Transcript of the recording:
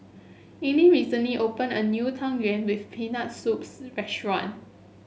Ellyn recently opened a new Tang Yuen with Peanut Soups restaurant